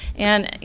and, i